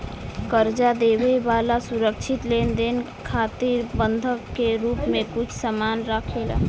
कर्जा देवे वाला सुरक्षित लेनदेन खातिर बंधक के रूप में कुछ सामान राखेला